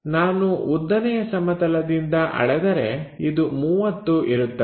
ನಾನು ಉದ್ದನೆಯ ಸಮತಲದಿಂದ ಅಳೆದರೆ ಇದು 30 ಇರುತ್ತದೆ